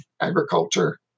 agriculture